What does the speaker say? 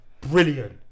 brilliant